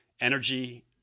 energy